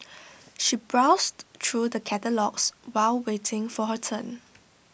she browsed through the catalogues while waiting for her turn